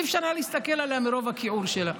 אי-אפשר היה להסתכל עליה מרוב הכיעור שלה.